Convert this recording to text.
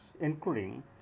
including